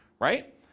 right